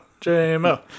JMO